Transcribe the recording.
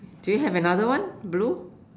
do you have another one blue